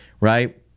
right